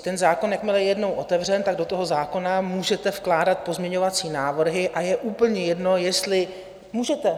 Ten zákon, jakmile je jednou otevřen, tak do toho zákona můžete vkládat pozměňovací návrhy a je úplně jedno, jestli můžete.